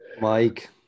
mike